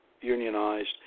Unionized